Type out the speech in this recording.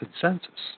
consensus